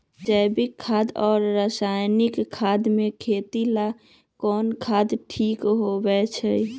जैविक खाद और रासायनिक खाद में खेत ला कौन खाद ठीक होवैछे?